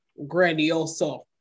Grandioso